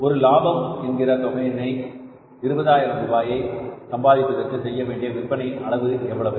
ஒரு லாபம் என்கிற தொகையான 20000 ரூபாயை சம்பாதிப்பதற்கு செய்யவேண்டிய விற்பனை அளவு எவ்வளவு